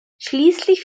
schließlich